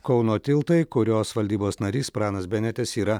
kauno tiltai kurios valdybos narys pranas benetis yra